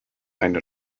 eine